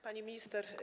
Pani Minister!